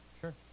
sure